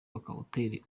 hoteli